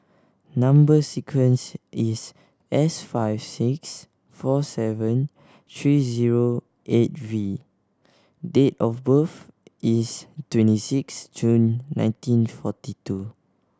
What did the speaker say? number sequence is S five six four seven three zero eight V and date of birth is twenty six June nineteen forty two